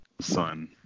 son